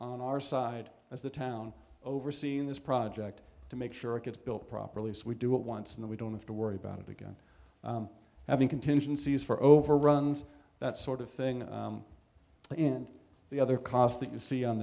on our side as the town overseeing this project to make sure it gets built properly so we do it once and we don't have to worry about it again having contingencies for overruns that sort of thing in the other cost that you see on